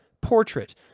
portrait